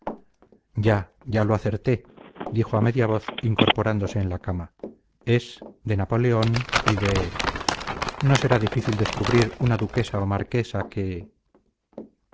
ya ya lo acerté dijo a media voz incorporándose en la cama es de napoleón y de no será difícil descubrir una duquesa o marquesa que